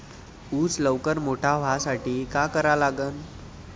ऊस लवकर मोठा व्हासाठी का करा लागन?